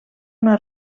una